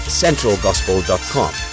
centralgospel.com